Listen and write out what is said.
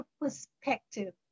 perspective